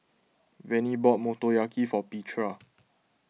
Vennie bought Motoyaki for Petra